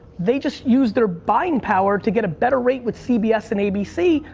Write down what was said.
they just use their buying power to get a better rate with cbs and abc.